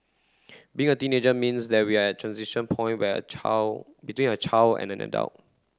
being a teenager means that we're a transition point where a child between a child and an adult